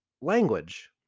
language